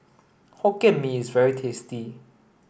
Hokkien Mee is very tasty